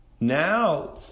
Now